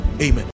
Amen